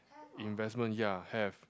investment ya have